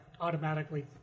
automatically